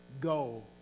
go